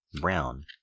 Brown